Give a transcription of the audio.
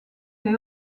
des